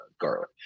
garlic